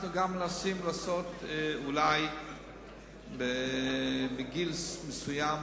אנחנו גם מנסים, אולי מגיל מסוים,